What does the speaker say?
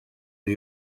new